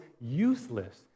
useless